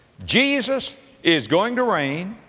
jesus is going to reign.